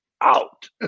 Out